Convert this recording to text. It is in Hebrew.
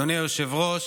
אדוני היושב-ראש,